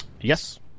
yes